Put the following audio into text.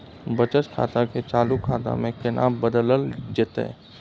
बचत खाता के चालू खाता में केना बदलल जेतै?